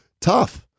Tough